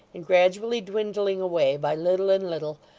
and gradually dwindling away, by little and little,